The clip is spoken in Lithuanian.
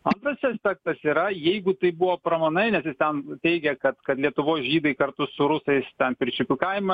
antras čia aspektas yra jeigu tai buvo pramanai nes jis ten teigia kad kad lietuvos žydai kartu su rusais ten pirčiupių kaimą